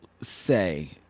say